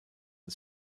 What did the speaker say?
and